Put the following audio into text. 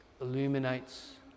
illuminates